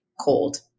cold